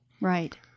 Right